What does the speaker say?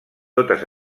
totes